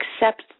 accept